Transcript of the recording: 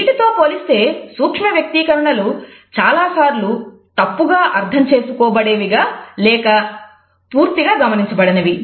వీటితో పోలిస్తే సూక్ష్మ వ్యక్తీకరణలు చాలాసార్లు తప్పుగా అర్థం చేసుకోబడేవి లేక పూర్తిగా గమనించబడనివి